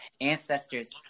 ancestors